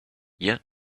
yet